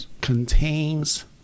contains